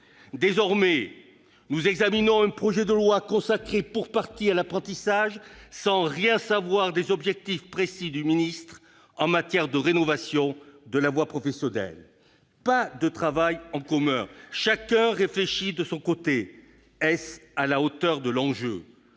Désormais, nous examinons un projet de loi consacré pour partie à l'apprentissage sans rien savoir des objectifs précis du ministre en matière de rénovation de la voie professionnelle. Pas de travail commun, chacun réfléchit de son côté. Est-ce à la hauteur de l'enjeu ?